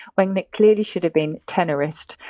when it clearly should have been! tenorist!